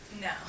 No